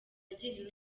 agira